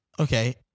Okay